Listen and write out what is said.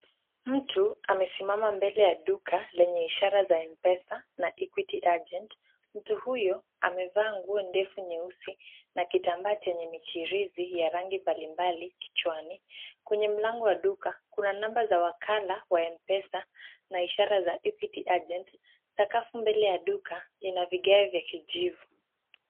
Mtu amesimama mbele ya duka lenye ishara za M-Pesa na Equity Agent. Mtu huyo amevaa nguo ndefu nyeusi na kitambaa chenye michirizi ya rangi mbalimbali kichwani. Kwenye mlango wa duka kuna namba za wakala wa M-Pesa na ishara za Equity Agent. Sakafu mbele ya duka lina vigae vya kijivu.